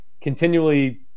continually